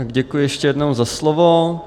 Děkuji ještě jednou za slovo.